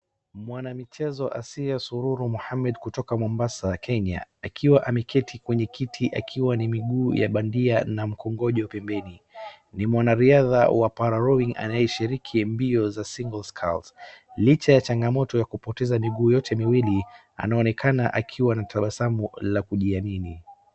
Mwanamichezo Asiya Sururu Mohammed kutoka Mombasa, Kenya akiwa ameketi kwenye kiti akiwa ni miguu ya bandia na mkongojo pembeni. Ni mwanariadha wa Para-Rowing anayeshiriki mbio za single sculls licha ya changamoto ya kupoteza miguu yote miwili, anaonekana akiwa na tabasamu la kujiamini.